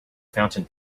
fountain